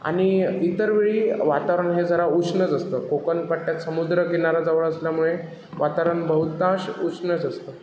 आणि इतरवेळी वातावरण हे जरा उष्णच असतं कोकण पट्ट्यात समुद्र किनारा जवळ असल्यामुळे वातावरण बहुतांश उष्णच असतं